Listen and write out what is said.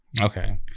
okay